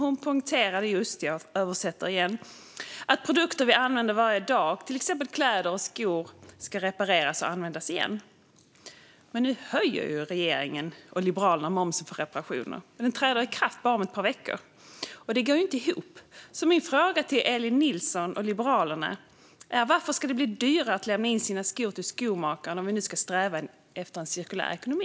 Ministern poängterade att produkter som vi använder varje dag, till exempel kläder och skor, ska repareras och användas igen. Men nu höjer ju regeringen - och Liberalerna - momsen på reparationer. Höjningen träder i kraft om bara ett par veckor. Detta går inte ihop. Därför är min fråga till Elin Nilsson och Liberalerna: Varför ska det bli dyrare att lämna in sina skor till skomakaren om vi nu ska sträva efter en cirkulär ekonomi?